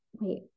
Wait